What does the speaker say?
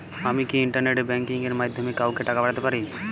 আমি কি internet banking এর মাধ্যমে কাওকে টাকা পাঠাতে পারি?